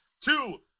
Two